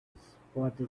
spotted